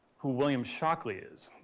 who william shockley is?